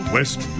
West